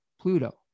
Pluto